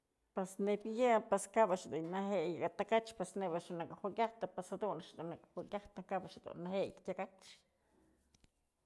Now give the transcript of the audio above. Pues neyb yë pues kap a'ax neje'e nyaka takach pues nebya a'ax nëkë jukyajtëm pues jadun a'ax dun nëkë jukyajtëm kap a'ax dun neje'e tyakach.